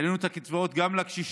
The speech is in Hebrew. העלינו את הקצבאות גם לקשישים.